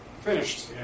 finished